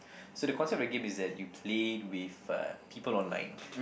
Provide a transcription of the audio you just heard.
so the concept of the game is that you play with uh people online